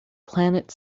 planet